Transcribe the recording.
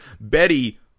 Betty